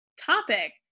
topic